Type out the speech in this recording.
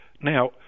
Now